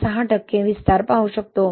06 टक्के विस्तार पाहू शकतो